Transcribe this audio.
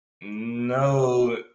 No